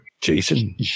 Jason